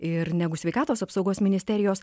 ir negu sveikatos apsaugos ministerijos